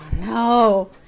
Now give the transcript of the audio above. No